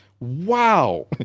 wow